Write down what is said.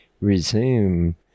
resume